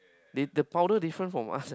did the powder different from us